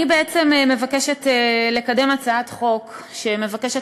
אני בעצם מבקשת לקדם הצעת חוק שמבקשת